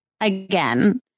again